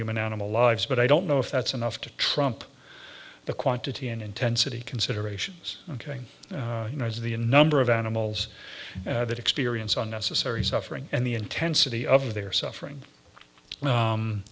human animal lives but i don't know if that's enough to trump the quantity and intensity considerations going to the a number of animals that experience unnecessary suffering and the intensity of their suffering